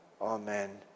Amen